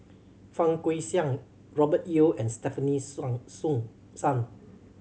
Fang Guixiang Robert Yeo and Stefanie Song Sun